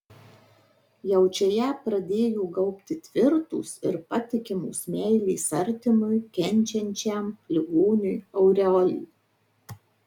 jau čia ją pradėjo gaubti tvirtos ir patikimos meilės artimui kenčiančiam ligoniui aureolė